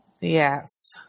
Yes